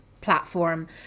platform